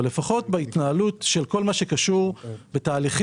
אבל לפחות בהתנהלות של כל מה שקשור בתהליכים